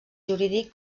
jurídic